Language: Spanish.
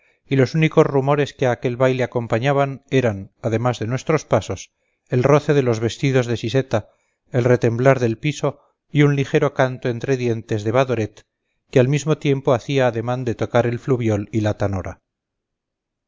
y los únicos rumores que a aquel baile acompañaban eran además de nuestros pasos el roce de los vestidos de siseta el retemblar del piso y un ligero canto entre dientes de badoret que al mismo tiempo hacía ademán de tocar el fluviol y la tanora